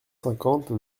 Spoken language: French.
cinquante